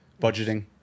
budgeting